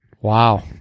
Wow